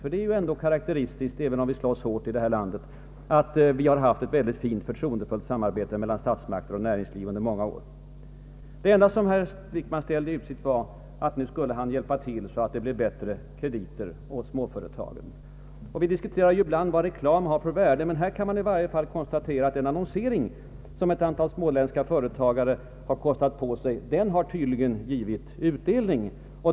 Ty det är ju karakteristiskt, även om vi slåss hårt i detta land, att vi har haft ett mycket fint och förtroendefullt samarbete mellan statsmakter och näringsliv under många år. Det enda som herr Wickman ställde i utsikt var att han skulle hjälpa till så att det blev bättre kreditutrymme åt företagen. Vi diskuterar ibland vad reklam har för värde. Här kan man i varje fall konstatera att den annonsering som ett antal småländska företagare har kostat på sig tydligen har givit utdelning.